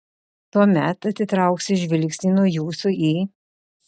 tuomet atitrauksiu žvilgsnį nuo jūsų į